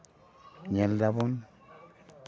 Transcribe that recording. ᱧᱮᱞ ᱫᱟᱵᱚᱱ